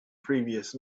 previous